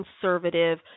conservative